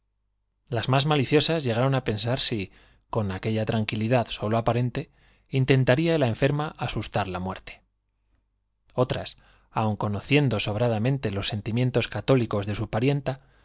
absurdas cavilaciones maliciosas llegaron á pensar si con aquella tranqui la lidad sólo aparente intentaría la enferma asustar muerte otras aun conociendo sobradamente los á sentimientos católicos de su parienta